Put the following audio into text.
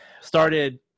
started